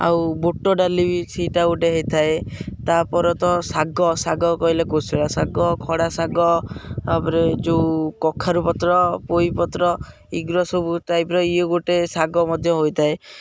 ଆଉ ବୋଟ ଡାଲି ବି ସେଇଟା ଗୋଟେ ହେଇଥାଏ ତା'ପରେ ତ ଶାଗ ଶାଗ କହିଲେ କୋଶଳା ଶାଗ ଖଡ଼ା ଶାଗ ତା'ପରେ ଯେଉଁ କଖାରୁ ପତ୍ର ପୋଇ ପତ୍ର ଏଇଗୁରା ସବୁ ଟାଇପର ଇଏ ଗୋଟେ ଶାଗ ମଧ୍ୟ ହୋଇଥାଏ